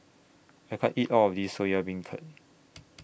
I can't eat All of This Soya Beancurd